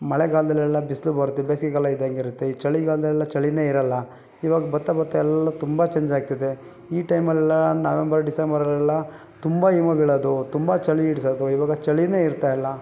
ಮಳೆಗಾಲದಲ್ಲೆಲ್ಲ ಬಿಸಿಲು ಬರುತ್ತೆ ಬೇಸಿಗೆಗಾಲ ಇದ್ದಂಗಿರುತ್ತೆ ಈ ಚಳಿಗಾಲದಲ್ಲೆಲ್ಲ ಚಳಿಯೇ ಇರೋಲ್ಲ ಇವಾಗ್ ಬರ್ತಾ ಬರ್ತಾ ಎಲ್ಲ ತುಂಬ ಚೇಂಜಾಗ್ತಿದೆ ಈ ಟೈಮಲೆಲ್ಲ ನವೆಂಬರ್ ಡಿಸೆಂಬರಲ್ಲೆಲ್ಲ ತುಂಬ ಹಿಮ ಬೀಳೋದು ತುಂಬ ಚಳಿ ಹಿಡ್ಸೋದು ಇವಾಗ ಚಳಿಯೇ ಇರ್ತಾಯಿಲ್ಲ